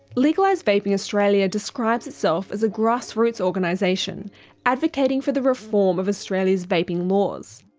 legalise vaping australia describes itself as a grassroots organisation advocating for the reform of australia's vaping laws.